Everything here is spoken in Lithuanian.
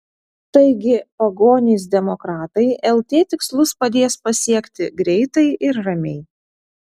taigi pagonys demokratai lt tikslus padės pasiekti greitai ir ramiai